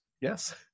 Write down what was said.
Yes